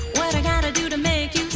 what i got to do to make